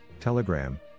Telegram